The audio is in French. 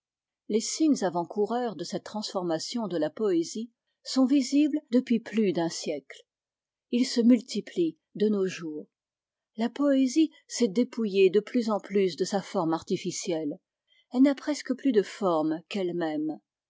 les signes avant-coureurs de cette transformation de la poésie sont visibles depuis plus d'un siècle ils se multiplient de nos jours la poésie s'est dépouillée de plus en plus de sa forme artificielle elle n'a presque plus de forme qu'elle-même